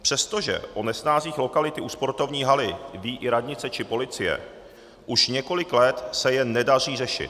Přestože o nesnázích lokality u sportovní haly ví i radnice či policie, už několik let se je nedaří řešit.